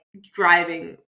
driving